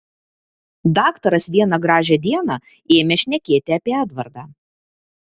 daktaras vieną gražią dieną ėmė šnekėti apie edvardą